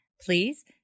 Please